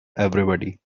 everybody